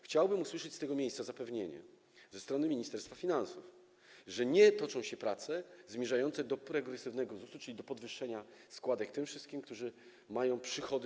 Chciałbym usłyszeć z tego miejsca zapewnienie ze strony Ministerstwa Finansów, że nie toczą się prace zmierzające do progresywnego ZUS-u, czyli do podwyższenia składek tym wszystkim, którzy mają wyższe przychody.